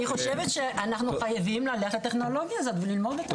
אני חושבת שאנחנו חייבים ללכת לטכנולוגיה הזו וללמוד אותה.